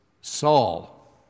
Saul